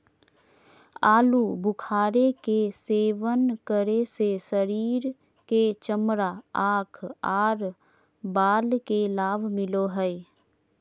आलू बुखारे के सेवन करे से शरीर के चमड़ा, आंख आर बाल के लाभ मिलो हय